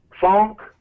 funk